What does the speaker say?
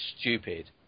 stupid